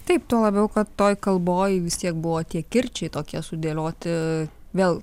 taip tuo labiau kad toj kalboj vis tiek buvo tie kirčiai tokie sudėlioti vėl